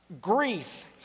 Grief